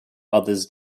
others